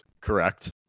Correct